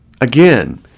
Again